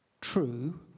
true